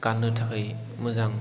गाननो थाखाय मोजां